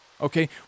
Okay